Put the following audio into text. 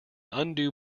undue